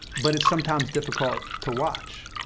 but it's sometimes difficult to watch.